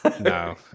No